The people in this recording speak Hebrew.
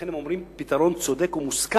לכן הם אומרים: פתרון צודק ומוסכם,